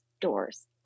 doors